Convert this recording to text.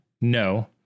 no